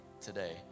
today